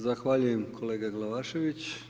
Zahvaljujem kolega Glavašević.